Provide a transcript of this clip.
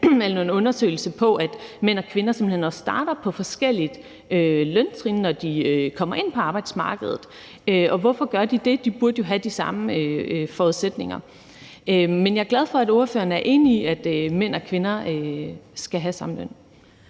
læste en undersøgelse, der viste, at mænd og kvinder simpelt hen også starter på forskellige løntrin, når de kommer ind på arbejdsmarkedet. Og hvorfor gør de det? De burde jo have de samme forudsætninger. Men jeg er glad for, at ordføreren er enig i, at mænd og kvinder skal have samme løn.